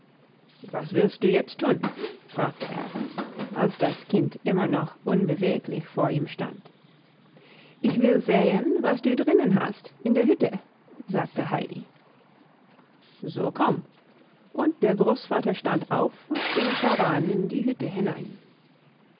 was willst du jetzt tun fragte er als das kind immer noch unbeweglich vor ihm stand ich will sehen was du drinnen hast in der hütte sagte heidi so komm und der großvater stand auf und ging voran in die hütte hinein